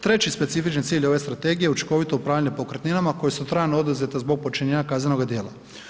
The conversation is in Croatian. Treći specifični cilj ove strategije je učinkovito upravljanje pokretninama koje su trajno oduzete zbog počinjenja kaznenoga djela.